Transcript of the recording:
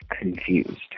confused